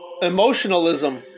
emotionalism